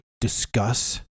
discuss